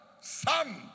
Son